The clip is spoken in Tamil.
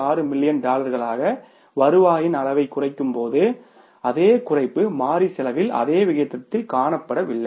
6 மில்லியன் டாலர்களாக வருவாயின் அளவைக் குறைக்கும்போது அதே குறைப்பு மாறி செலவில் அதே விகிதத்தில் காணப்படவில்லை